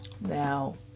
Now